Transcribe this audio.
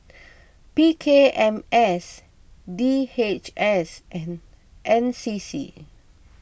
P K M S D H S and N C C